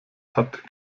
hat